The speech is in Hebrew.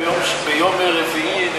לא היית כאן ביום רביעי.